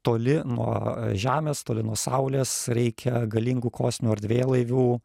toli nuo žemės toli nuo saulės reikia galingų kosminių erdvėlaivių